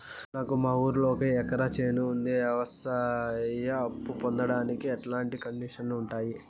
నాకు మా ఊరిలో ఒక ఎకరా చేను ఉంది, వ్యవసాయ అప్ఫు పొందడానికి ఎట్లాంటి కండిషన్లు ఉంటాయి?